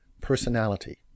personality